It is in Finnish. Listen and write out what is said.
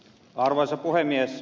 arvoisa puhemies